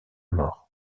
mort